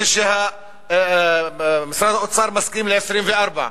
כשמשרד האוצר מסכים ל-24%.